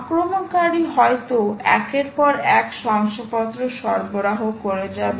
আক্রমণকারী হয়তো একের পর এক শংসাপত্র সরবরাহ করে যাবে